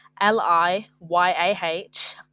L-I-Y-A-H